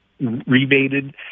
rebated